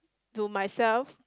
to myself